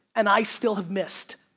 and i still have missed.